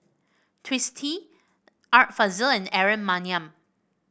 Twisstii Art Fazil and Aaron Maniam